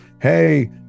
hey